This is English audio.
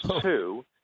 two